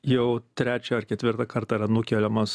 jau trečią ar ketvirtą kartą yra nukeliamas